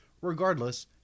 Regardless